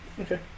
okay